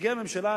נציגי הממשלה,